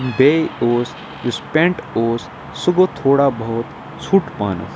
بیٚیہِ اوس یُس پٮ۪نٛٹ اوس سُہ گوٚو تھوڑا بہت ژھوٚٹ پَہم